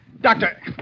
Doctor